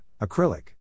Acrylic